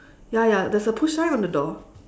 ya ya there's a push sign on the door